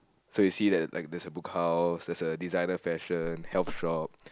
so you see there like there's a Book House there's a designer fashion health shop